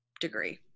degree